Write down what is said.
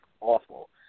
awful